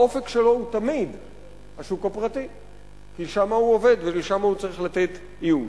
האופק שלו הוא תמיד השוק הפרטי כי שם הוא עובד ושם הוא צריך לתת ייעוץ.